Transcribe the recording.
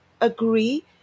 agree